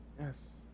Yes